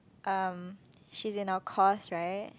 um she's in our course right